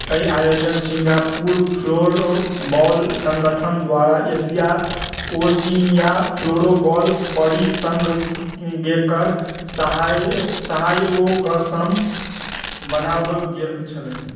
अइ आयोजन Singapore floorball सङ्गठन द्वारा एशिया ओशिनिया फ्लोरबॉल परिसङ्घकेर साहयोग सहयोगसँ बनाओल गेल छलैक